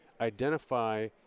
identify